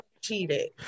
cheated